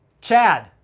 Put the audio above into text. Chad